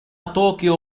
طوكيو